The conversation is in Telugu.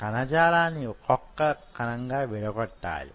కణజాలాన్ని ఒక్కొక్క కణంగా విడగొట్టాలి